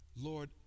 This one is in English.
Lord